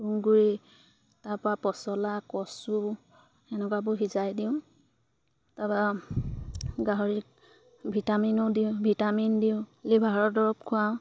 তুঁহগুৰি তাৰপৰা পচলা কচু তেনেকুৱাবোৰ সিজাই দিওঁ তাৰপৰা গাহৰিক ভিটামিনো দিওঁ ভিটামিন দিওঁ লিভাৰৰ দৰৱ খুৱাওঁ